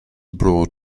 brought